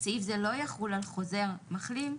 לא יחול על חוזר מחלים,